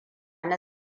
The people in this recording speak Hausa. na